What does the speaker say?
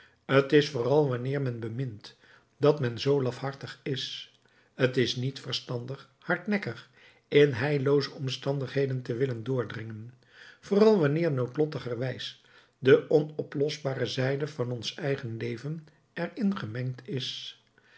t is vooral wanneer men bemint dat men zoo lafhartig is t is niet verstandig hardnekkig in heillooze omstandigheden te willen doordringen vooral wanneer noodlottigerwijs de onoplosbare zijde van ons eigen leven er in gemengd is